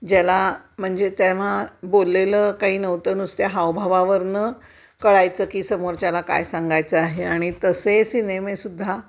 ज्याला म्हणजे तेव्हा बोललेलं काही नव्हतं नुसत्या हावभावावरून कळायचं की समोरच्याला काय सांगायचं आहे आणि तसे सिनेमेसुद्धा